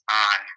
on